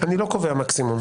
אני לא קובע מקסימום.